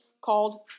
called